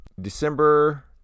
December